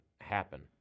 happen